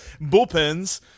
bullpens